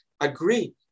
agree